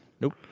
Nope